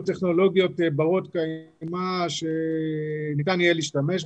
טכנולוגיות בנות קיימא שניתן יהיה להשתמש בהן,